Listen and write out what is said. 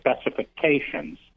specifications